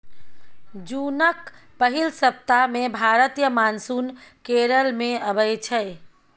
जुनक पहिल सप्ताह मे भारतीय मानसून केरल मे अबै छै